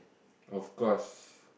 of course